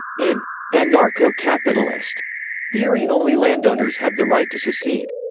in anarcho-capitalist theory only landowners have the right to secede.